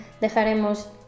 dejaremos